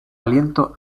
aliento